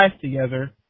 together